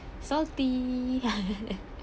salty